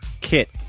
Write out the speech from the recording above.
Kit